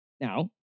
Now